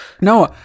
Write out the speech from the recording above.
No